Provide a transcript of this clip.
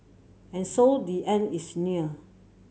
and so the end is near